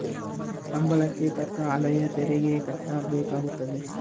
ಸಂಬಳಕ್ಕೆ ತಕ್ಕ ಆದಾಯ ತೆರಿಗೆ ಕಟ್ಟಬೇಕಾಗುತ್ತದೆ